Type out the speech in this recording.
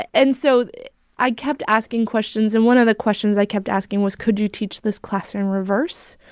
and so i kept asking questions, and one of the questions i kept asking was, could you teach this class in and reverse?